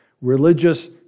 religious